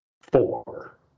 four